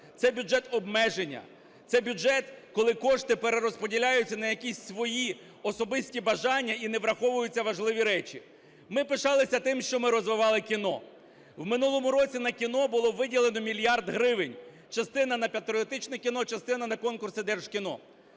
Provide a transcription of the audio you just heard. Це бюджет обмеження. Це бюджет, коли кошти перерозподіляються на якісь свої особисті бажання і не враховуються важливі речі. Ми пишалися тим, що ми розвивали кіно. В минулому році на кіно було виділено мільярд гривень: частина – на патріотичне кіно, частина – на конкурси Держкіно.